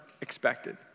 expected